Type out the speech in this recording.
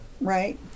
right